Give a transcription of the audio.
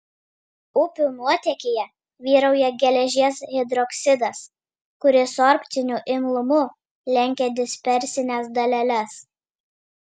upių nuotėkyje vyrauja geležies hidroksidas kuris sorbciniu imlumu lenkia dispersines daleles